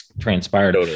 transpired